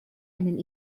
einen